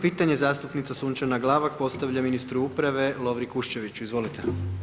Hvala, 12. pitanje zastupnica Sunčana Glavak postavlja ministru uprave, Lovri Kuščeviću, izvolite.